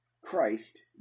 Christ